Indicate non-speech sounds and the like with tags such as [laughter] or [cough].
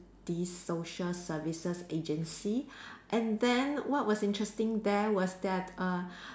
the social services agency [breath] and then what was interesting there was that err